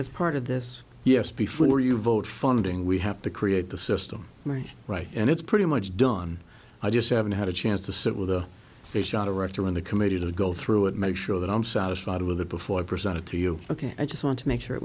as part of this yes before you vote funding we have to create the system very right and it's pretty much done i just haven't had a chance to sit with the they shot a writer on the committee to go through and make sure that i'm satisfied with it before i presented to you ok i just want to make sure it